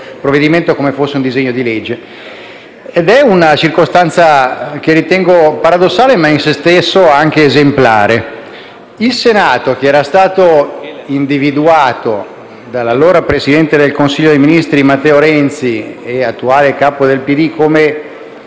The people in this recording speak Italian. provvedimento come fosse un disegno di legge ed è questa una circostanza che ritengo paradossale ma in sé stessa anche esemplare. Il Senato, che era stato individuato dall'allora presidente del Consiglio dei ministri e attuale capo del PD